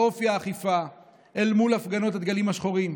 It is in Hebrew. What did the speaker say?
באופי האכיפה אל מול הפגנות הדגלים השחורים?